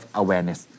awareness